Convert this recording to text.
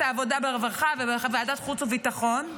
ועדת העבודה והרווחה וועדת חוץ וביטחון,